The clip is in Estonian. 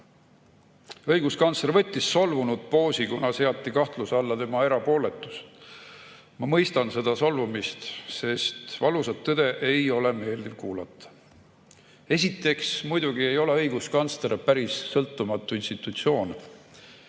Õiguskantsler võttis solvunud poosi, kuna seati kahtluse alla tema erapooletus. Ma mõistan seda solvumist, sest valusat tõde ei ole meeldiv kuulata. Esiteks, muidugi ei ole õiguskantsler päris sõltumatu institutsioon,